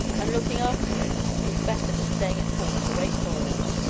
and looking after it was better than staying at home to wait for it.